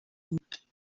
بود